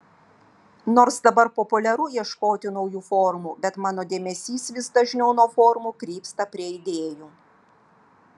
nors dabar populiaru ieškoti naujų formų bet mano dėmesys vis dažniau nuo formų krypsta prie idėjų